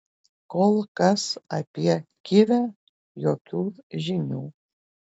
kol kas apie kivę jokių žinių